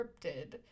cryptid